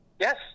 Yes